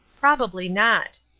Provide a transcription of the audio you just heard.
probably not.